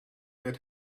that